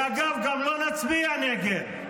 -- ואגב, גם לא נצביע נגד.